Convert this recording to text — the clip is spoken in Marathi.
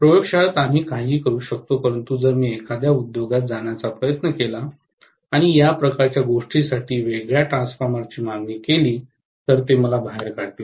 प्रयोगशाळेत आम्ही काहीही करू शकतो परंतु जर मी एखाद्या उद्योगात जाण्याचा प्रयत्न केला आणि या प्रकारच्या गोष्टीसाठी वेगळ्या ट्रान्सफॉर्मरची मागणी केली तर ते मला बाहेर काढतील